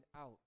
out